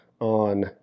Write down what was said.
on